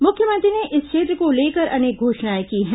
मुख्यमंत्री ने इस क्षेत्र को लेकर अनेक घोषणाएं की हैं